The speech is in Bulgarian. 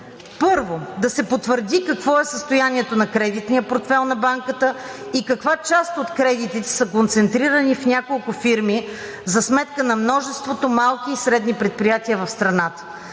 Първо, да се потвърди какво е състоянието на кредитния портфейл на банката и каква част от кредитите са концентрирани в няколко фирми за сметка на множеството малки и средни предприятия в страната?